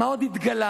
מה עוד התגלה?